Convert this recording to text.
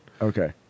Okay